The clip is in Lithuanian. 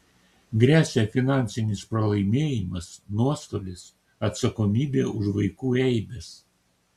gresia finansinis pralaimėjimas nuostolis atsakomybė už vaikų eibes